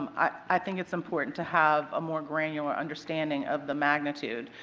um i think it's important to have a more grandular understanding of the magnitude.